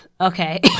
Okay